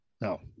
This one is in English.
No